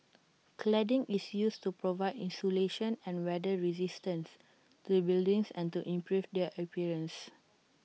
cladding is used to provide insulation and weather resistance to buildings and to improve their appearance